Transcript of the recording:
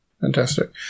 Fantastic